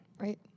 Right